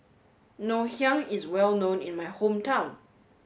Ngoh Hiang is well known in my hometown